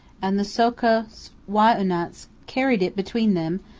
and the so'kus wai'unats carried it between them,